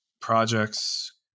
projects